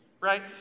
right